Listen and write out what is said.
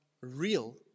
real